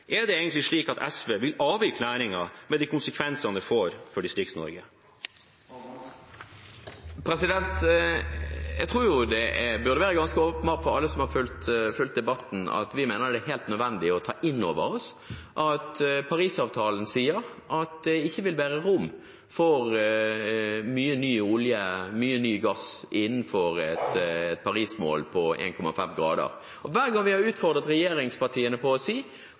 Er det egentlig slik at SV vil avvikle næringen, med de konsekvenser det får for Distrikts-Norge? Jeg tror det burde være ganske åpenbart for alle som har fulgt debatten, at vi mener det er helt nødvendig å ta inn over oss at Paris-avtalen sier at det ikke vil være rom for mye ny olje og ny gass innenfor et Paris-mål på 1,5 grader. Hver gang vi har utfordret regjeringspartiene og spør om de kan være villige til å